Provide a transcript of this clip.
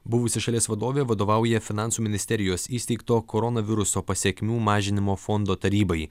buvusi šalies vadovė vadovauja finansų ministerijos įsteigto koronaviruso pasekmių mažinimo fondo tarybai